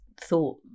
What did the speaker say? thought